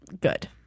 Good